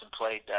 played